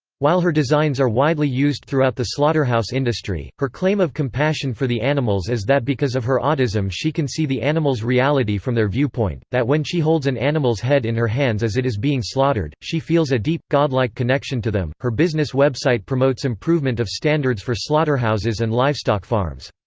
while her designs are widely used throughout the slaughterhouse industry, her claim of compassion for the animals is that because of her autism she can see the animals' reality from their viewpoint, that when she holds an animal's head in her hands as it is being slaughtered, she feels a deep, godlike connection to them her business website promotes improvement of standards for slaughterhouses and livestock farms.